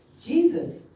Jesus